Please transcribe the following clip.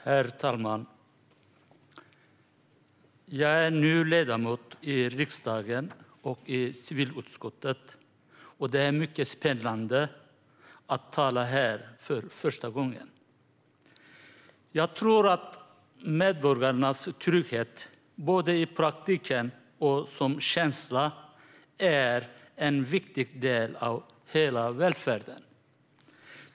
Herr talman! Jag är ny ledamot i riksdagen och i civilutskottet, och det är mycket spännande att tala här för första gången. Jag tror att medborgarnas trygghet, både i praktiken och som känsla, är en viktig del av hela välfärden.